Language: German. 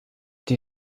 die